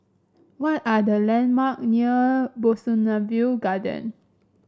what are the landmark near Bougainvillea Garden